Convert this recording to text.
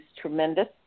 tremendous